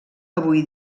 avui